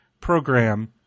program